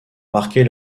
marquer